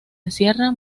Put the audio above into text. encierra